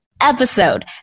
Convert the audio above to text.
episode